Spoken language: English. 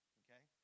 okay